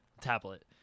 tablet